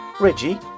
Reggie